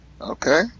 Okay